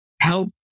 help